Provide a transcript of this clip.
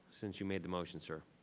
since you made the motion sir.